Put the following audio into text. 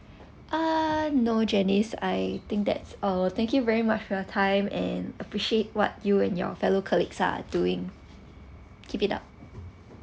ah no janice I think that's all thank you very much for your time and appreciate what you and your fellow colleagues are doing keep it up